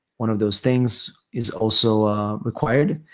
one of those things is also required.